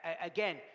again